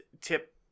Tip